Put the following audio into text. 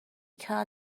kha